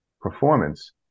performance